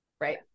Right